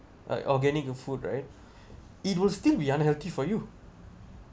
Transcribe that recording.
uh organic food right it will still be unhealthy for you